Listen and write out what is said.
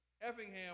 Effingham